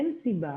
אין סיבה